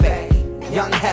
young